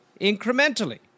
incrementally